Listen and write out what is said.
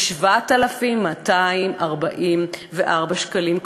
היא 7,244 שקלים,